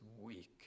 weak